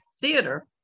theater